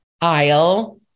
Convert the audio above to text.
aisle